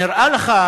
נראה לך,